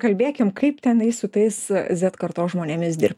kalbėkim kaip tenai su tais z kartos žmonėmis dirbt